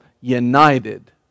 united